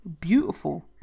beautiful